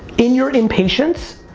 in your impatience,